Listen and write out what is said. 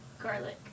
garlic